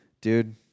dude